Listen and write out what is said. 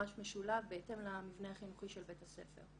מגרש משולב בהתאם למבנה החינוכי של בית הספר,